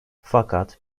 fakat